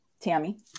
Tammy